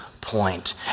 point